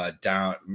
down